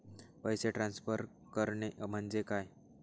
पैसे ट्रान्सफर करणे म्हणजे काय?